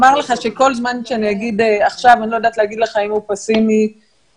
כל זמן שאני אומר עכשיו אני לא יודעת להגיד לך אם הוא פסימי או